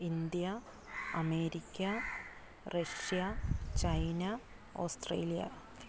India America Russia China Australia